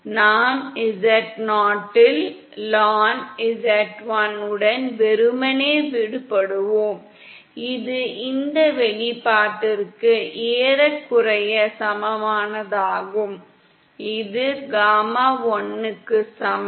நாம் z0 இல் lnzl உடன் வெறுமனே விடப்படுவோம் இது இந்த வெளிப்பாட்டிற்கு ஏறக்குறைய சமமானதாகும் இது காமா l க்கு சமம்